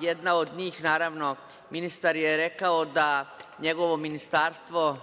Jedna od njih, ministar je rekao da njegovo ministarstvo